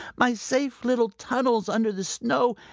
my safe little tunnels under the snow,